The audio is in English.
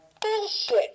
bullshit